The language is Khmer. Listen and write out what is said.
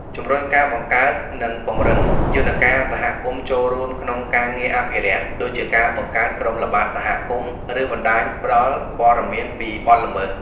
ជំរុញការបង្កើត និងពង្រឹង យន្តការសហគមន៍ចូលរួមក្នុងការងារអភិរក្ស ដូចជាការបង្កើតក្រុមល្បាតសហគមន៍ ឬបណ្តាញផ្តល់ព័ត៌មានពីបទល្មើស។